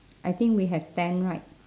I think we have ten right